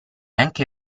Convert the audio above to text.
anche